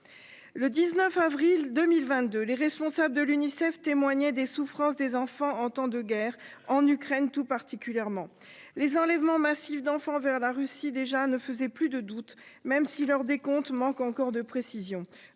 Le 19 avril 2022. Les responsables de l'UNICEF témoigner des souffrances des enfants en temps de guerre en Ukraine tout particulièrement les enlèvements massifs d'enfants vers la Russie déjà ne faisait plus de doute, même si leur décompte manque encore de précision.